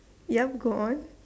ya go on